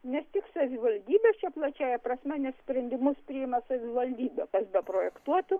nes tik savivaldybės čia plačiąja prasme nes sprendimus priima savivaldybė kas beprojektuotų